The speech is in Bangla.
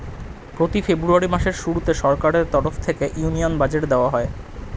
প্রতি ফেব্রুয়ারি মাসের শুরুতে সরকারের তরফ থেকে ইউনিয়ন বাজেট দেওয়া হয়